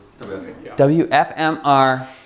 WFMR